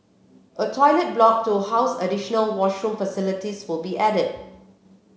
a toilet block to house additional washroom facilities will be added